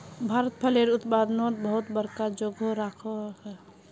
भारत फलेर उत्पादनोत बहुत बड़का जोगोह राखोह